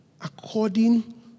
according